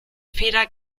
feder